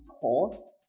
pause